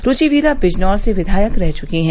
रूचि वीरा बिजनौर से विधायक रह चुकी है